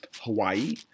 Hawaii